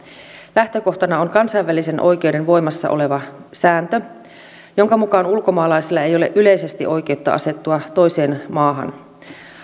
lähtökohtana on kansainvälisen oikeuden voimassa oleva sääntö jonka mukaan ulkomaalaisilla ei ole yleisesti oikeutta asettua toiseen maahan